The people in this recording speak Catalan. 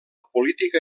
política